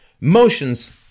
motions